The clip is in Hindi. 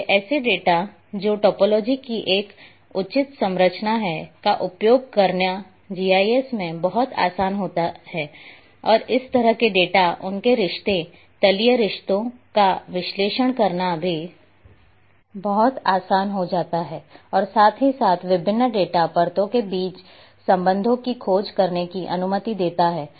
इसलिए ऐसे डेटा जो टोपोलॉजी की एक उचित संरचना है का उपयोग करना जीआईएस में बहुत आसान हो जाता है और इस तरह के डेटा उनके रिश्ते तलीय रिश्तों का विश्लेषण करना भी बहुत आसान हो जाता है और साथ ही साथ विभिन्न डेटा परतों के बीच संबंधों की खोज करने की अनुमति देता है